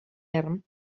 erm